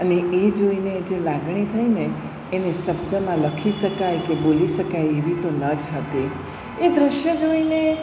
અને એ જોઈને જે લાગણી થઈને એને શબ્દમાં લખી શકાય કે બોલી શકાય એવી તો ન જ હતી એ દૃશ્ય જોઈને